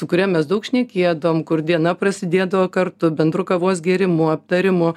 su kuria mes daug šnekėdavom kur diena prasidėdavo kartu bendru kavos gėrimu aptarimu